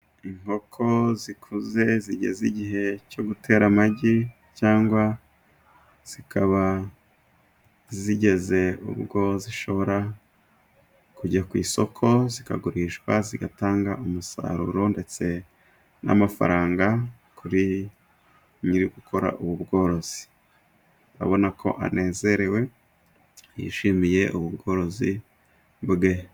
Inkoko zikuze zigeze igihe cyo gutera amagi, cyangwa zikaba zigeze ubwo zishobora kujya ku isoko zikagurishwa zigatanga umusaruro, ndetse n'amafaranga kuri nyiri ugukora ubu bworozi. Ubona ko anezerewe, yishimiye ubwo ubworozi bwe.